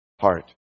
heart